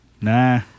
Nah